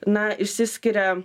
na išsiskiria